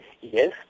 yes